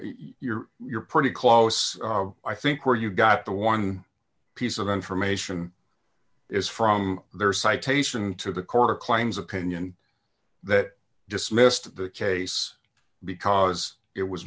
you're you're pretty close i think where you got the one piece of information is from their citation to the court of claims opinion that dismissed the case because it was